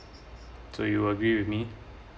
so you agree with me